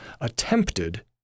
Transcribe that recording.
attempted